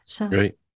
Right